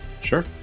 Sure